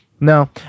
No